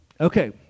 Okay